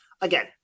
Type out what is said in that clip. Again